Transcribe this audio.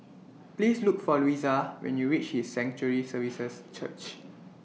Please Look For Louisa when YOU REACH His Sanctuary Services Church